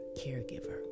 caregiver